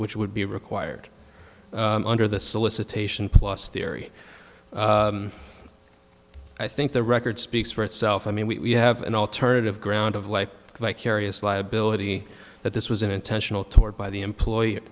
which would be required under the solicitation plus theory i think the record speaks for itself i mean we have an alternative ground of life vicarious liability that this was an intentional toward by the employer